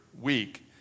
week